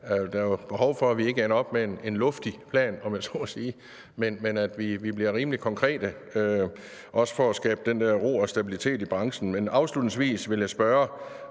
her er behov for, at vi ikke ender op med en luftig plan – om jeg så må sige – men at vi bliver rimelig konkrete, også for at skabe den der ro og stabilitet i branchen. Men afslutningsvis vil jeg spørge,